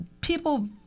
people